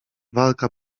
walka